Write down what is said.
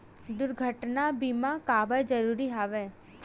दुर्घटना बीमा काबर जरूरी हवय?